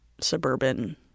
suburban